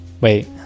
wait